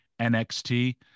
NXT